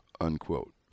unquote